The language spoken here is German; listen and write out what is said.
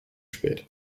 spät